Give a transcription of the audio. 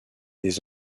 des